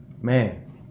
man